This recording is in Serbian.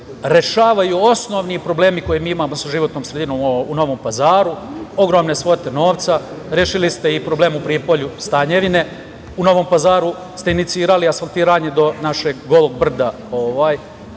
reše osnovni problemi koje imamo sa životnom sredinom u Novom Pazaru, ogromne svote novca, rešili ste i problem u Prijepolju – Stanjevine, u Novom Pazaru ste inicirali asfaltiranje do našeg Golog brda,